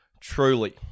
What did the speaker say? Truly